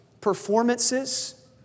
performances